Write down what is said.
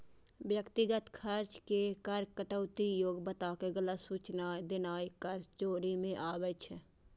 व्यक्तिगत खर्च के कर कटौती योग्य बताके गलत सूचनाय देनाय कर चोरी मे आबै छै